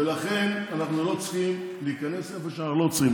ולכן אנחנו לא צריכים להיכנס איפה שאנחנו לא צריכים.